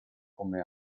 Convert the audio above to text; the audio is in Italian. come